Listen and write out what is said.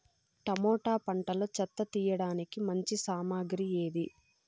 Tomato పంటలో చెత్త తీయడానికి మంచి సామగ్రి ఏది?